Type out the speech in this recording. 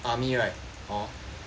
army right hor